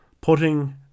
putting